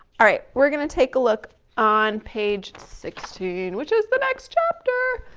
all right, we're gonna take a look on page sixteen, which is the next chapter.